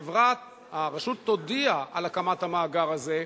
הרשות תודיע על הקמת המאגר הזה,